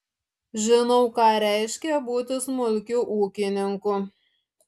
žinau ką reiškia būti smulkiu ūkininku